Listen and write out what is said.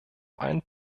einen